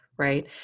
Right